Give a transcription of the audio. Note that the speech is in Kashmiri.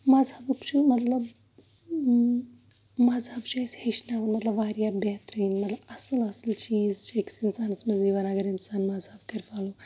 مَزہبُک چھُ مطلب مَزہب چھُ اَسہِ ہیٚچھناوان مطلب واریاہ بہتریٖن مطلب اَصٕل اَصٕل چیٖز چھ أکِس اِنسانَس منٛز یِوان اَگر اِنسان مَزہب کرِ فالو